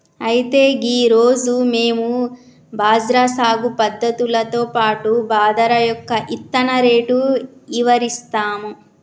అయితే గీ రోజు మేము బజ్రా సాగు పద్ధతులతో పాటు బాదరా యొక్క ఇత్తన రేటు ఇవరిస్తాము